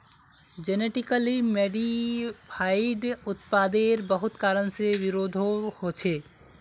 genetically modified उत्पादेर बहुत कारण से विरोधो होछे